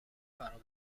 فراموش